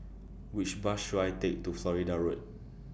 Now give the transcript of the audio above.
Which Bus should I Take to Florida Road